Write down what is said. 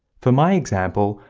for my example,